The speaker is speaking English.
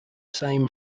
same